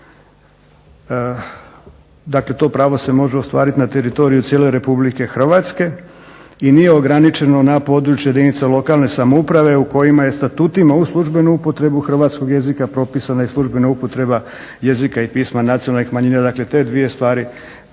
Dakle, to pravo se može ostvariti na teritoriju cijele Republike Hrvatske i nije ograničeno na područje jedinica lokalne samouprave u kojima je statutima uz službenu upotrebu hrvatskog jezika propisana i službena upotreba jezika i pisma nacionalnih manjina. Dakle, te dvije stvari